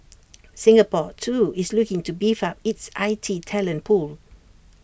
Singapore too is looking to beef up it's I T talent pool